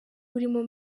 urimo